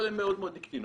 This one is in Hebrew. אבל הם מאוד מאוד הקטינו.